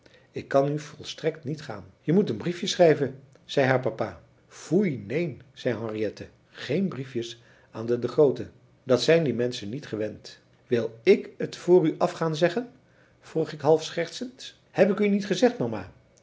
ik kan nu volstrekt niet gaan je moet een briefje schrijven zei haar papa foei neen zei henriette geen briefjes aan de de grooten dat zijn die menschen niet gewend wil ik het voor u af gaan zeggen vroeg ik half schertsend heb ik u niet gezegd mama